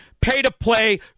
pay-to-play